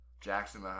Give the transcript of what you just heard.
Jackson